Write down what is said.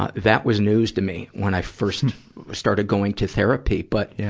ah that was news to me when i first started going to therapy. but, yeah